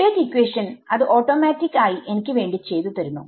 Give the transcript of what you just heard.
update equation അത് automatic ആയി എനിക്ക് വേണ്ടി ചെയ്തു തരുന്നു